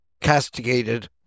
castigated